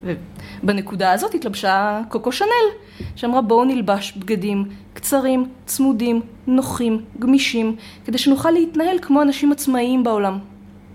ובנקודה הזאת התלבשה קוקו שנל, שאמרה בואו נלבש בגדים קצרים, צמודים, נוחים, גמישים, כדי שנוכל להתנהל כמו אנשים עצמאיים בעולם.